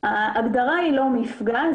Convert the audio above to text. ההגדרה היא לא מפגע.